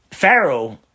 Pharaoh